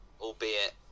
albeit